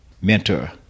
mentor